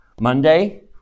Monday